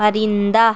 پرندہ